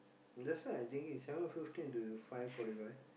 that's why I thinking seven fifteen to five forty five